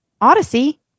Odyssey